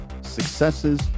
successes